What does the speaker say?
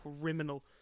criminal